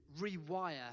rewire